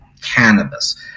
cannabis